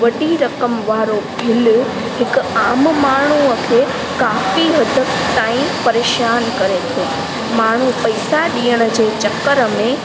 वॾी रक़म वारो बिल हिकु आम माण्हूअ खे काफ़ी हदि ताईं परेशानु करे थो माण्हू पैसा ॾियण जे चक्कर में